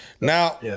Now